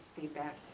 feedback